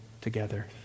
together